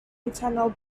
internal